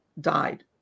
died